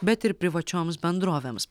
bet ir privačioms bendrovėms